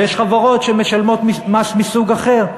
ויש חברות שמשלמות מס מסוג אחר.